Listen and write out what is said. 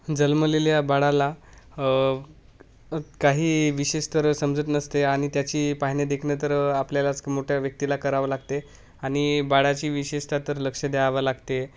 जन्मलेल्या बाळाला काही विशेष तर समजत नसते आणि त्याची पाहणे देखणं तर आपल्यालाच मोठ्या व्यक्तीला करावं लागते आणि बाळाची विशेषत तर लक्ष द्यावं लागते